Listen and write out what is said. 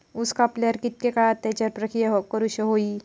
ऊस कापल्यार कितके काळात त्याच्यार प्रक्रिया करू होई?